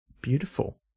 beautiful